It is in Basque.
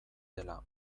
dela